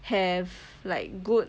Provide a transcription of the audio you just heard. have like good